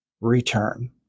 return